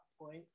point